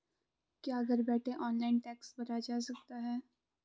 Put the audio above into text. क्या घर बैठे ऑनलाइन टैक्स भरा जा सकता है?